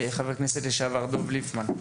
חבר הכנסת לשעבר דב ליפמן.